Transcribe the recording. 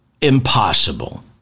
impossible